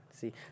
see